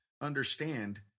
understand